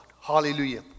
Hallelujah